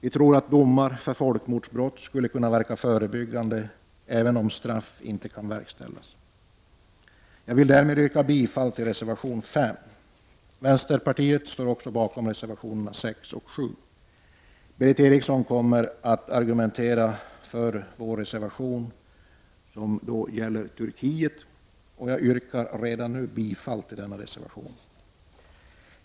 Vi tror att domar för folkmordsbrott skulle kunna verka förebyggande, även om straff inte kan verkställas. Jag vill därmed yrka bifall till reservationen 5. Vänsterpartiet står också bakom reservationerna 6 och 7. Berith Eriksson kommer att argumentera för vår reservation 9, som gäller Turkiet, och jag yrkar redan nu bifall till denna reservation.